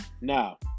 Now